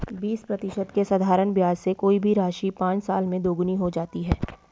बीस प्रतिशत के साधारण ब्याज से कोई भी राशि पाँच साल में दोगुनी हो जाती है